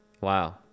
Wow